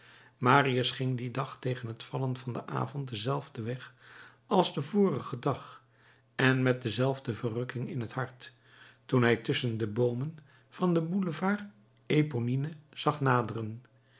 marius ging dien dag tegen het vallen van den avond denzelfden weg als den vorigen dag en met dezelfde verrukking in het hart toen hij tusschen de boomen van den boulevard eponine zag naderen